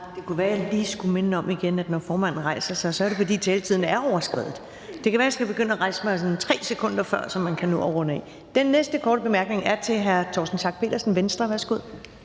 Det kan være, at jeg igen lige skal minde om, at når formanden rejser sig, er det, fordi taletiden er overskredet. Det kan være, at jeg skal begynde at rejse mig 3 sekunder før, så man kan nå at runde af. Den næste korte bemærkning er til hr. Torsten Schack Pedersen, Venstre. Værsgo.